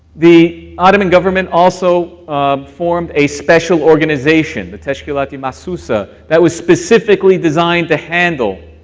the ottoman government also formed a special organization, the teshkilat-i mahsusa, that was specifically designed to handle